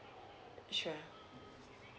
sure